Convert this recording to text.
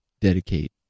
dedicate